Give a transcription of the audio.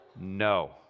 no